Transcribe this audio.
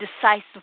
decisive